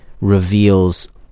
reveals